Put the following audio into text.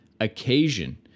Occasion